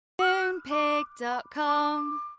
Moonpig.com